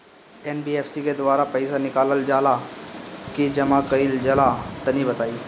NBFC के द्वारा पईसा निकालल जला की जमा कइल जला तनि बताई?